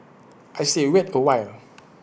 I say wait A while